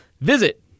visit